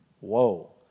whoa